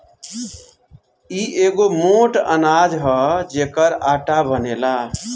इ एगो मोट अनाज हअ जेकर आटा बनेला